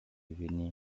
venir